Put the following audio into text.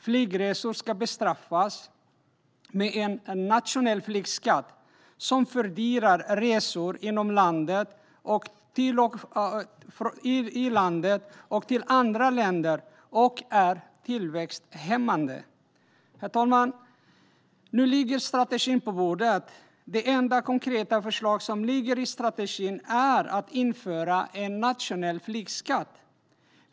Flygresor ska bestraffas med en nationell flygskatt som fördyrar resor inom landet och till andra länder och är tillväxthämmande. Herr talman! Nu ligger strategin på bordet. Det enda konkreta förslaget i strategin är att införa en nationell flygskatt.